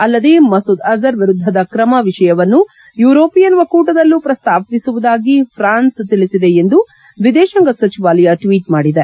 ಆಲ್ಲದೇ ಮಸೂದ್ ಅಜರ್ ವಿರುದ್ಧದ ಕ್ರಮ ವಿಷಯವನ್ನು ಯೂರೋಪಿಯನ್ ಒಕ್ಕೂಟದಲ್ಲೂ ಪ್ರಸ್ತಾಪಿಸುವುದಾಗಿ ಫ್ರಾನ್ಸ್ ತಿಳಿಸಿದೆ ಎಂದು ವಿದೇಶಾಂಗ ಸಚಿವಾಲಯ ಟ್ವೀಟ್ ಮಾಡಿದೆ